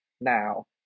now